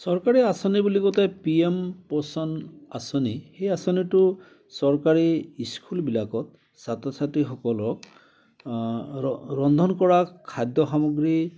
চৰকাৰী আঁচনি বুলি কওঁতে পি এম পোষণ আঁচনি সেই আঁচনিটো চৰকাৰী ইস্কুলবিলাকত ছাত্ৰ ছাত্ৰীসকলক ৰন্ধন কৰা খাদ্য সামগ্ৰী